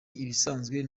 ibisanzwe